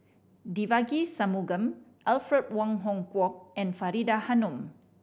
Devagi Sanmugam Alfred Wong Hong Kwok and Faridah Hanum